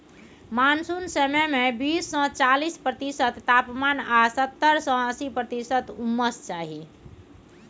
monsoon समय मे बीस सँ चालीस प्रतिशत तापमान आ सत्तर सँ अस्सी प्रतिशत उम्मस चाही